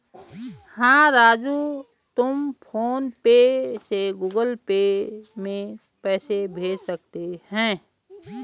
हां राजू तुम PhonePe से गुगल पे में पैसे भेज सकते हैं